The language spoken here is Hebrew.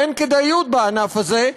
אין כדאיות בענף הזה.